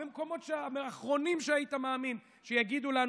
במקומות האחרונים שהיית מאמין שיגידו לנו,